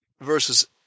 verses